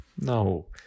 No